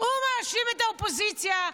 הוא מאשים את האופוזיציה,